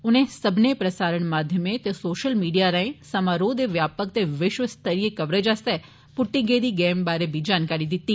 उनें सब्बनें प्रसारण माध्यमें ते सोशल मीडिया राएं समारोह दे व्यापक ते विश्व स्तरीय कवरेज आस्तै पुट्टी गेदी गैं बारै बी जानकारी दित्ती